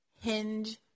hinge